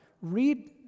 read